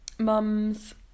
Mums